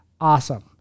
Awesome